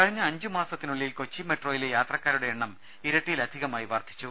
കഴിഞ്ഞ അഞ്ചു മാസത്തിനുള്ളിൽ കൊച്ചി മെട്രോയിലെ യാത്രക്കാരുടെ എണ്ണം ഇരട്ടിയിൽ അധികമായി വർധിച്ചു